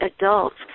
adults